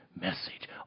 message